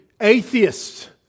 atheists